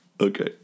Okay